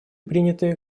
приняты